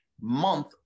month